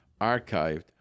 archived